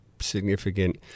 significant